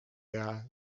teha